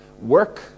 Work